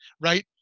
right